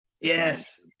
yes